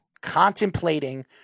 contemplating